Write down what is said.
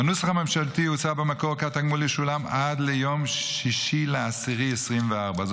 בנוסח הממשלתי הוצע במקור כי התגמול ישולם עד ליום 6 באוקטובר 2024,